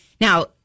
Now